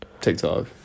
TikTok